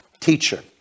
teacher